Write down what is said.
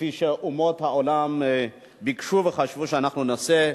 כפי שאומות העולם ביקשו וחשבו שאנחנו נעשה.